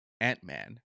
Ant-Man